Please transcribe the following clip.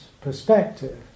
perspective